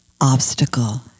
obstacle